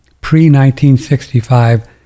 pre-1965